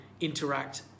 interact